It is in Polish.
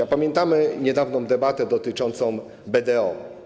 A pamiętamy niedawną debatę dotyczącą BDO.